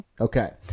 Okay